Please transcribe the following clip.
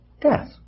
death